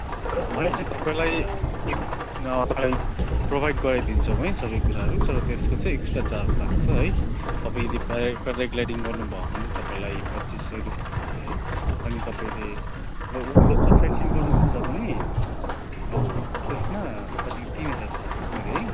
होइन तपाईँलाई एकदमै तपाईँलाई प्रोभाइड गराइदिन्छौँ है सबै कुराहरू तर त्यसको चाहिँ एक्स्ट्रा चार्ज लाग्छ है तपाईँ यदि प्यारा प्याराग्लाइडिङ गर्नुभयो भने तपाईँलाई पच्चिस सय रुपियाँ है अनि तपाईँले लोकल साइट सिन गर्नुहुन्छ भने अब त्यसमा तपाईँले तिन हजार थप्नु पर्यो है